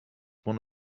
one